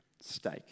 steak